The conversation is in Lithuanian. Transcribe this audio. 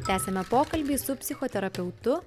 tęsiame pokalbį su psichoterapeutu